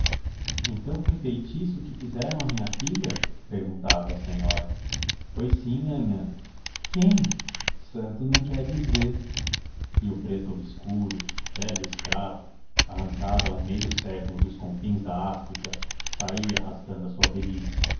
então foi feitiço que fizeram à minha filha perguntava a senhora foi sim nhanhã quem santo não qué dizê e o preto obscuro velho escravo arrancado há um meio século dos confins da áfrica saía arrastando a sua velhice